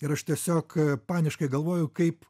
ir aš tiesiog paniškai galvoju kaip